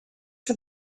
for